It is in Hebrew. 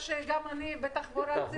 לא הזכרת שגם אני בתחבורה ציבורית.